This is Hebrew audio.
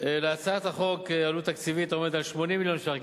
להצעת החוק עלות תקציבית העומדת על 80 מיליון שקלים,